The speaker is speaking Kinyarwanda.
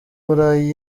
burayi